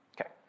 Okay